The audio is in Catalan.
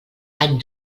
any